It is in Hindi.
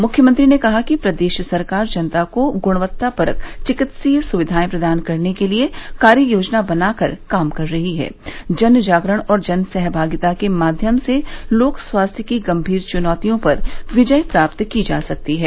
मुख्यमंत्री ने कहा कि प्रदेश सरकार जनता को गुणवत्ता परक चिकित्सीय सुविधाएं प्रदान करने के लिये कार्य योजना बनाकर काम कर रही हैं जन जागरण और जन सहभागिता के माध्यम से लोक स्वास्थ्य की गंभीर चुनौतियों पर विजय प्राप्त की जा सकती है